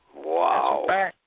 Wow